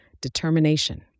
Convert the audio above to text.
Determination